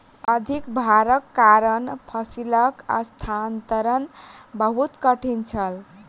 अधिक भारक कारण फसिलक स्थानांतरण बहुत कठिन छल